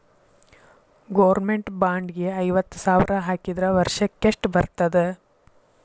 Government bond ಗೆ ಐವತ್ತ ಸಾವ್ರ್ ಹಾಕಿದ್ರ ವರ್ಷಕ್ಕೆಷ್ಟ್ ಬರ್ತದ?